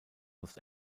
los